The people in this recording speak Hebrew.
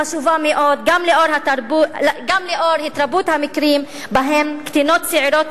חשובה מאוד גם לאור התרבות המקרים שבהם קטינות צעירות